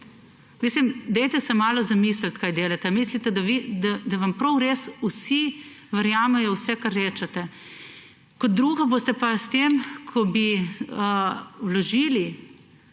Mislim, dajte se malo zamisliti, kaj delate. Mislite, da vam prav res vsi verjamejo vse, kar rečete. Kot drugo boste pa s tem, ko bi vložili